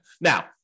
Now